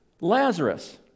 Lazarus